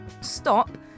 Stop